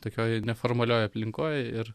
tokioj neformalioj aplinkoj ir